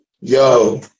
Yo